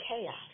chaos